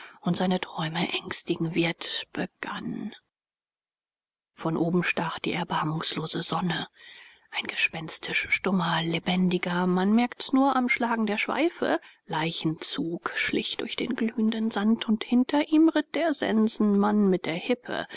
und seine träume ängstigen wird begann von oben stach die erbarmungslose sonne ein gespenstisch stummer lebendiger man merkt's nur am schlagen der schweife leichenzug schlich durch den glühenden sand und hinter ihm ritt der sensenmann mit der hippe